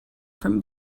from